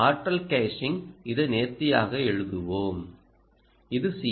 ஆற்றல் கேஷிங் இதை நேர்த்தியாக எழுதுவோம் இது Cout